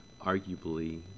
arguably